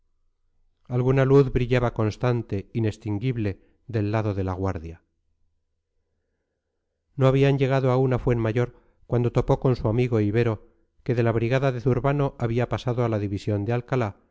alguna luz brillaba constante inextinguible del lado de la guardia no habían llegado aún a fuenmayor cuando topó con su amigo ibero que de la brigada de zurbano había pasado a la división de alcalá